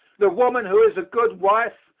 the woman who is a good wife,